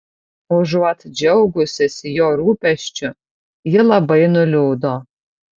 užuot džiaugusis jo rūpesčiu ji labai nuliūdo